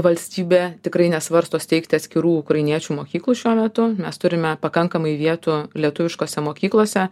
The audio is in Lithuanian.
valstybė tikrai nesvarsto steigti atskirų ukrainiečių mokyklų šiuo metu mes turime pakankamai vietų lietuviškose mokyklose